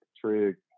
trig